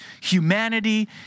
humanity